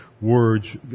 words